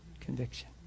conviction